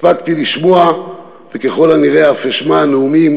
הספקתי לשמוע וככל הנראה אף אשמע נאומים